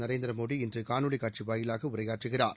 நரேந்திர மோடி இன்று காணொலிக் காட்சி வாயிலாக உரையாற்றுகிறார்